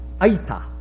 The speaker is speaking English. Aita